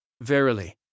Verily